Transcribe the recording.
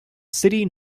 city